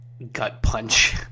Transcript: gut-punch